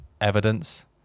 evidence